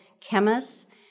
chemists